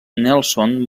nelson